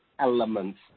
Elements